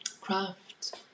craft